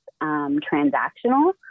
transactional